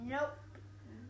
Nope